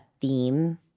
theme